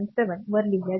7 वर लिहिल्या जातील